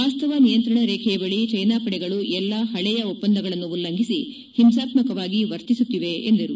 ವಾಸ್ತವ ನಿಯಂತ್ರಣ ರೇಖೆಯ ಬಳಿ ಜೈನಾ ಪಡೆಗಳು ಎಲ್ಲ ಪಳೆಯ ಒಪ್ಪಂದಗಳನ್ನು ಉಲ್ಲಂಘಿಸಿ ಹಿಂಸಾತ್ತಕವಾಗಿ ವರ್ತಿಸುತ್ತಿವೆ ಎಂದರು